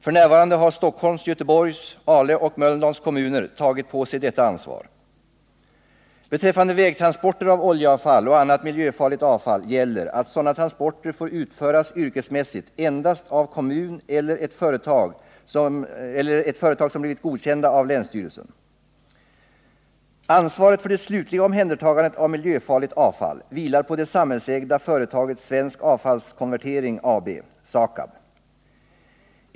F. n. har Stockholms, Göteborgs, Ale och Mölndals kommuner tagit på sig detta ansvar. Beträffande vägtransporter av oljeavfall och annat miljöfarligt avfall gäller att sådana transporter får utföras yrkesmässigt endast av kommun eller av företag som blivit godkända av länsstyrelsen. Ansvaret för det slutliga omhändertagandet av miljöfarligt avfall vilar på det samhällsägda företaget Svensk Avfallskonvertering AB .